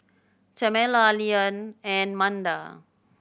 Tamela Lilyan and Manda